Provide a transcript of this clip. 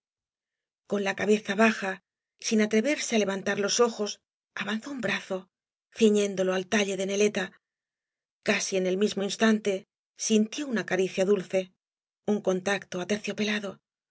con la cabeza baja sin atreverse á levantar los ojos avanzó un brazo ciñéndolo al talle de neleta casi en el mismo instante sintió una ca ricia dulce un contacto aterciopelado